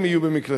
הם יהיו במקלטים.